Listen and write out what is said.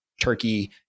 turkey